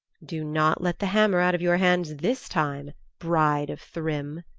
do not let the hammer out of your hands this time bride of thrym,